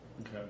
Okay